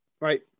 Right